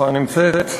הנמצאת.